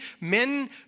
men